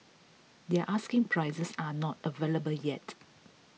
their asking prices are not available yet